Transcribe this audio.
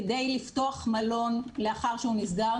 כדי לפתוח מלון לאחר שהוא נסגר,